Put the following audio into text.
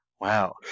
Wow